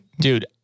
dude